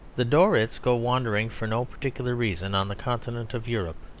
the dorrits go wandering for no particular reason on the continent of europe,